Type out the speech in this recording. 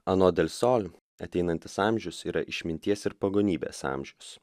anot del sol ateinantis amžius yra išminties ir pagonybės amžius